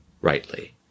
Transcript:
rightly